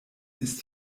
ist